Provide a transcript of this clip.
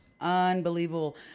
Unbelievable